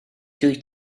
dwyt